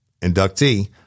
inductee